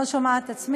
אני לא שומעת את עצמי.